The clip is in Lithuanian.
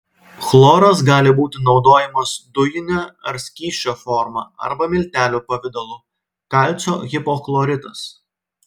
chloras gali būti naudojamas dujine ar skysčio forma arba miltelių pavidalu kalcio hipochloritas